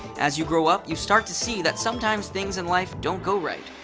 as you grow up, you start to see that sometimes things in life don't go right.